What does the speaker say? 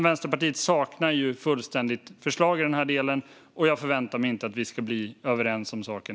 Vänsterpartiet saknar dock fullständigt förslag i den delen, och jag förväntar mig inte heller att vi ska bli överens om saken.